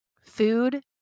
food